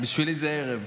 בשבילי זה ערב.